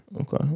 Okay